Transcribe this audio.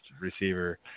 receiver